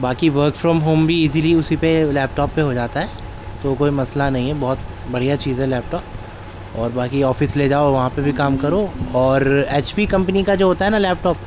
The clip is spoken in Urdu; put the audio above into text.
باقی ورک فرام ہوم بھی ایزلی اسی پہ لیپ ٹاپ پہ ہو جاتا ہے تو کوئی مسئلہ نہیں ہے بہت بڑھیا چیز ہے لیپ ٹاپ اور باقی آفس لے جاؤ وہاں پہ بھی کام کرو اور ایچ پی کمپنی کا جو ہوتا ہے نا لیپ ٹاپ